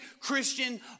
Christian